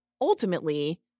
ultimately